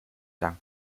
dank